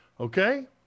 Okay